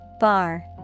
Bar